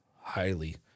highly